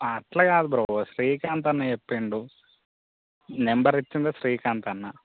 అట్లా కాదు బ్రో శ్రీకాంత్ అన్న చెప్పాడు నంబర్ ఇచ్చింది శ్రీకాంత్ అన్న